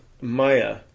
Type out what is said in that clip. Maya